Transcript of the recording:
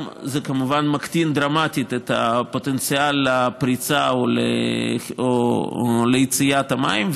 גם זה כמובן מקטין דרמטית את הפוטנציאל לפריצה או ליציאת המים,